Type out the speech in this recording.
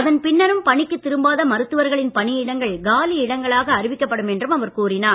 அதன் பின்னரும் பணிக்குத் திரும்பாத மருத்துவர்களின் பணியிடங்கள் காலியிடங்களாக அறிவிக்கப்படும் என்றும் அவர் கூறினார்